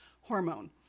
hormone